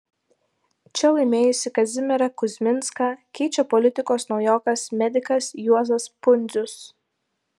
čia laimėjusį kazimierą kuzminską keičia politikos naujokas medikas juozas pundzius